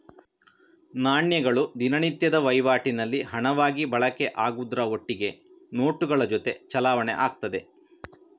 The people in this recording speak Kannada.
ನಾಣ್ಯಗಳು ದಿನನಿತ್ಯದ ವೈವಾಟಿನಲ್ಲಿ ಹಣವಾಗಿ ಬಳಕೆ ಆಗುದ್ರ ಒಟ್ಟಿಗೆ ನೋಟುಗಳ ಜೊತೆ ಚಲಾವಣೆ ಆಗ್ತದೆ